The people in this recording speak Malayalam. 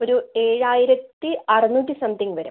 ഒരു ഏഴായിരത്തി അറുന്നൂറ്റി സംതിംഗ് വരും